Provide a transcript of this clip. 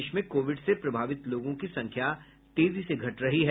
देश में कोविड से प्रभावित लोगों की संख्या तेजी से घट रही है